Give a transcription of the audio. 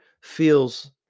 feels